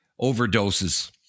overdoses